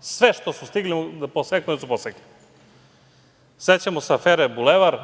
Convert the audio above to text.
Sve što su stigli oni su posekli. Sećamo se afere Bulevar,